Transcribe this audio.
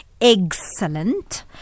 Excellent